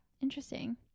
Interesting